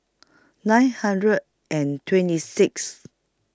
nine hundred and twenty Sixth